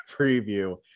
preview